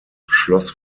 schloss